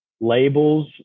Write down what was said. labels